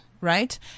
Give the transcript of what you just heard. Right